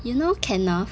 you know kenneth